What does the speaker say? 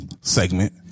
segment